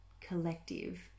collective